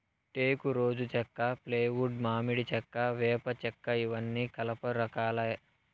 టేకు, రోజా చెక్క, ఫ్లైవుడ్, మామిడి చెక్క, వేప చెక్కఇవన్నీ కలప రకాలే